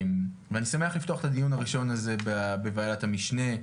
ואני שמח לפתוח את הדיון הראשון הזה בוועדת המשנה.